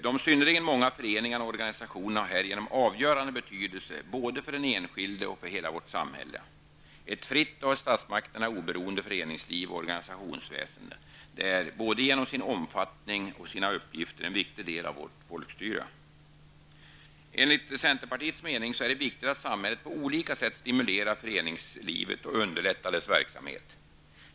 De synnerligen många föreningarna och organisationerna har härigenom avgörande betydelse både för den enskilde och för hela vårt samhälle. Ett fritt och av statsmakterna oberoende föreningsliv och organisationsväsende är genom både sin omfattning och sina uppgifter en viktig del av vårt folkstyre. Enligt centerpartiets mening är det viktigt att samhället på olika sätt stimulerar föreningslivet och underlättar dess verksamhet.